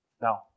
Now